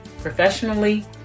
professionally